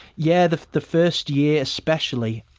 yeah the the first year especially,